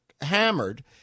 hammered